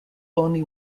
only